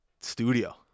studio